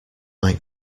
might